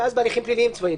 ופעם בהליכים פליליים צבאיים.